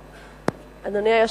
נמנעים.